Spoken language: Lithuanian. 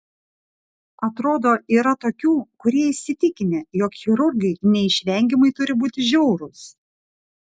atrodo yra tokių kurie įsitikinę jog chirurgai neišvengiamai turi būti žiaurūs